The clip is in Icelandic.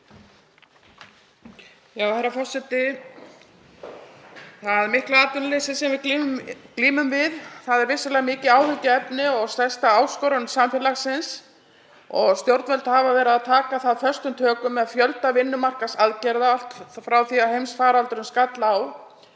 Herra forseti. Það mikla atvinnuleysi sem við glímum við er vissulega mikið áhyggjuefni og stærsta áskorun samfélagsins. Stjórnvöld hafa tekið það föstum tökum með fjölda vinnumarkaðsaðgerða allt frá því að heimsfaraldur skall á